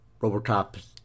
Robocop